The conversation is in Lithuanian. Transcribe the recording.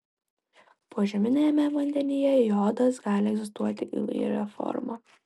požeminiame vandenyje jodas gali egzistuoti įvairia forma